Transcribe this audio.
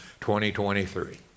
2023